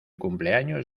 cumpleaños